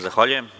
Zahvaljujem.